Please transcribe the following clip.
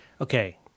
Okay